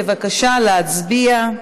בבקשה להצביע.